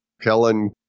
Kellen